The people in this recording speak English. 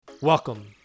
Welcome